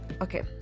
okay